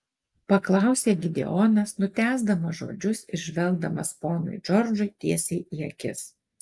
paklausė gideonas nutęsdamas žodžius ir žvelgdamas ponui džordžui tiesiai į akis